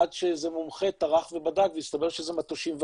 עד שאיזה מומחה טרח ובדק והסתבר שזה מטושים וגינאליים.